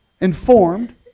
Informed